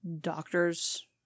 doctors